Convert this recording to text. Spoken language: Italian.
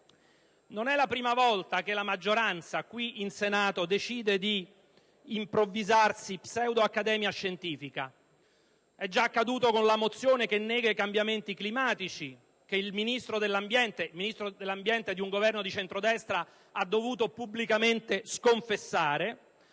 Non è la prima volta che la maggioranza qui in Senato decide di improvvisarsi pseudo-accademia scientifica. È già accaduto con la mozione che nega i cambiamenti climatici, che il Ministro dell'ambiente di un Governo di centrodestra ha dovuto pubblicamente sconfessare;